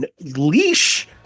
leash